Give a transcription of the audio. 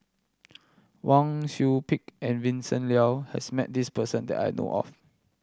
Wang Sui Pick and Vincent Leow has met this person that I know of